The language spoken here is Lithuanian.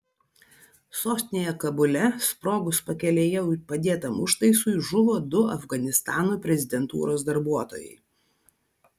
sostinėje kabule sprogus pakelėje padėtam užtaisui žuvo du afganistano prezidentūros darbuotojai